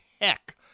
heck